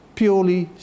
purely